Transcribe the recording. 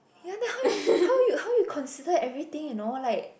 ya then how how you how you consider everything you know like